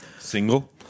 Single